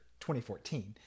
2014